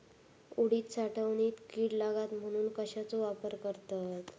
उडीद साठवणीत कीड लागात म्हणून कश्याचो वापर करतत?